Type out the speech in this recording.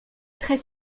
très